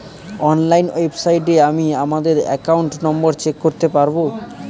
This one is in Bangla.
অনলাইন ওয়েবসাইটে আমি আমাদের একাউন্ট নম্বর চেক করতে পারবো